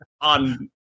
on